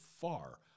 far